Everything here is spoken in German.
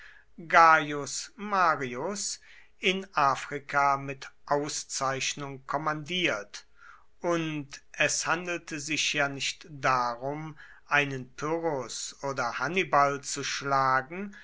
marius in afrika mit auszeichnung kommandiert und es handelte sich ja nicht darum einen pyrrhos oder hannibal zu schlagen